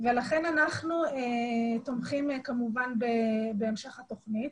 כמובן תומכים בהמשך התוכנית.